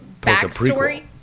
backstory